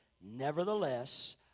Nevertheless